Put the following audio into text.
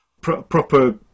proper